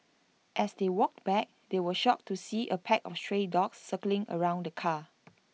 as they walked back they were shocked to see A pack of stray dogs circling around the car